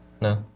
No